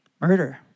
Murder